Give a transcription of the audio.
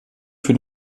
für